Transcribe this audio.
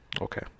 Okay